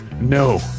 no